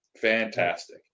Fantastic